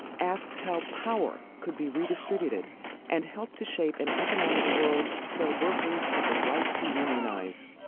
asked how power could be redistributed and helped to shape an economic world where workers had the right to unionize.